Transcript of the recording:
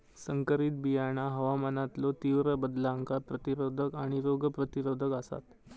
संकरित बियाणा हवामानातलो तीव्र बदलांका प्रतिरोधक आणि रोग प्रतिरोधक आसात